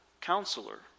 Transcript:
Counselor